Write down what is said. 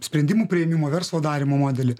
sprendimų priėmimo verslo darymo modelį